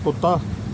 ਕੁੱਤਾ